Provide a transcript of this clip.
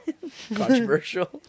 controversial